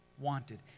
wanted